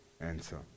answer